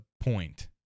point